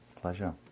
Pleasure